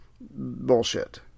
bullshit